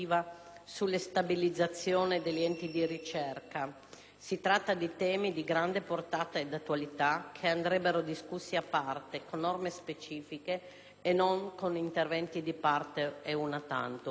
sulle stabilizzazioni degli enti di ricerca: si tratta di temi di grande portata ed attualità, che andrebbero discussi a parte, con norme specifiche e non con interventi di parte ed *una tantum*.